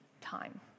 time